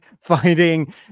finding